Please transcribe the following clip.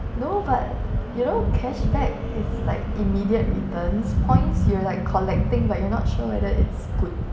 no but you know cashback is like immediate returns points you're like collecting but you're not sure whether it's good